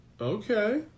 Okay